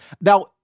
Now